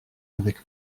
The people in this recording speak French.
avec